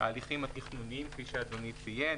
ההליכים התכנוניים כפי שאדוני ציין,